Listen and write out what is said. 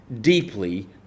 deeply